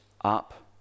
up